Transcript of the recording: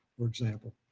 for example.